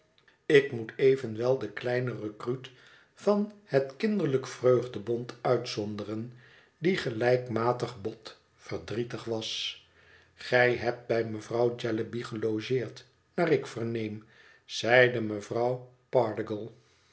ik moet evenwel den kleinen recruut van het kinderlijk vreugdebond uitzonderen die gelijkmatig bot verdrietig was gij hebt bij mevrouw jellyby gelogeerd naar ik verneem zeide mevrouw pardiggle